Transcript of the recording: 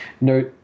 no